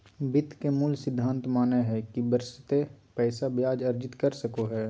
वित्त के मूल सिद्धांत मानय हइ कि बशर्ते पैसा ब्याज अर्जित कर सको हइ